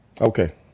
Okay